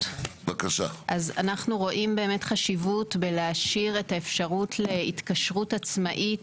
אז אנחנו רואים באמת חשיבות בלהשאיר את האפשרות להתקשרות עצמאית